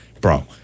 bro